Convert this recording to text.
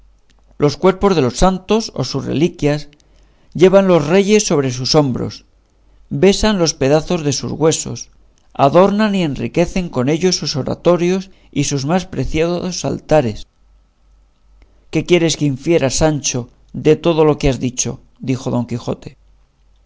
los cuerpos de los santos o sus reliquias llevan los reyes sobre sus hombros besan los pedazos de sus huesos adornan y enriquecen con ellos sus oratorios y sus más preciados altares qué quieres que infiera sancho de todo lo que has dicho dijo don quijote